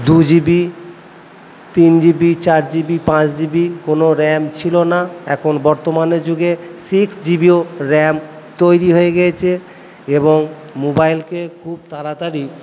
দু জিবি তিন জিবি চার জিবি পাঁচ জিবি কোনো র্যাম ছিল না এখন বর্তমানের যুগে সিক্স জি বিও র্যাম তৈরি হয়ে গিয়েছে এবং মোবাইলকে খুব তাড়াতাড়ি